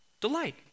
Delight